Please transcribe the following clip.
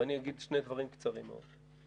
ואני אגיד שני דברים קצרים מאוד.